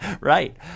Right